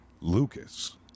Lucas